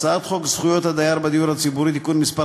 דין רציפות על הצעת חוק זכויות הדייר בדיור הציבורי (תיקון מס'